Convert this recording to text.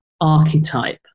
archetype